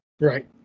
right